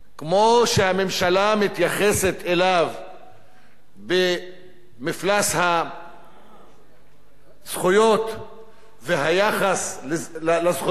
כמו שהממשלה מתייחסת אליו במפלס הזכויות והיחס לזכויות,